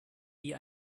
wie